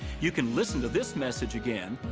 you can listen to this message again,